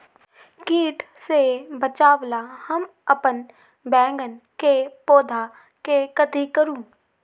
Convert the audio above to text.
किट से बचावला हम अपन बैंगन के पौधा के कथी करू?